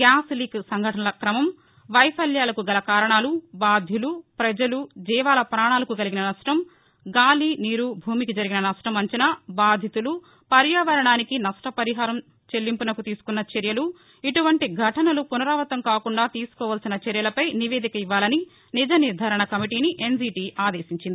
gas leak ఘటనల క్రమం వైఫల్యాలకు గల కారణాలు బాధ్యులు ప్రజలు జీవాల పాణాలకు కలిగిన నష్ణం గాలి నీరు భూమికి జరిగిన నష్టం అంచనా బాధితులు పర్యావరణానికి నష్టపరిహారం చెల్లింపునకు తీసుకున్న చర్యలు ఇటువంటి ఘటనలు పునరావృతం కాకుండా తీసుకోవాల్సిన చర్యలపై నివేదిక ఇవ్వాలని నిజనిర్దారణ కమిటీని ఎన్జీటి ఆదేశించింది